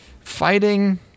Fighting